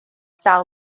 dal